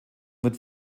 wird